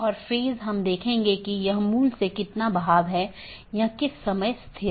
एक चीज जो हमने देखी है वह है BGP स्पीकर